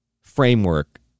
framework